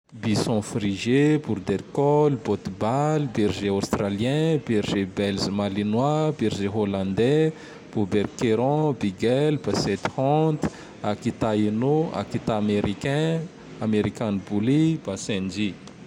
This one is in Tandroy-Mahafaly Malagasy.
Bisson frizé, bourder colle, hotBall, berger australien, berger bèlge mallinois, berger hollandais, bouberkeron, bigel, possedhont, akita hinô, akita américain, american bully, lasenjy.